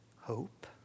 hope